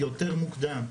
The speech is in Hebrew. יותר מוקדם.